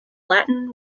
latin